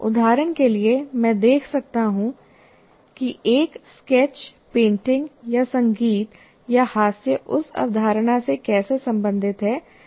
उदाहरण के लिए मैं देख सकता हूं कि एक स्केचपेंटिंग या संगीत या हास्य उस अवधारणा से कैसे संबंधित है जिससे आप निपट रहे हैं